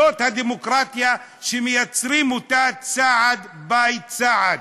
זאת הדמוקרטיה שמייצרים אותה צעד by צעד.